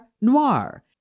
Noir